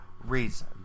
reason